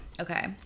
Okay